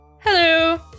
Hello